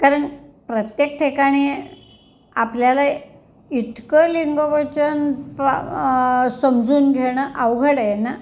कारण प्रत्येक ठिकाणी आपल्याला इतकं लिंग वचन समजून घेणं अवघड आहे ना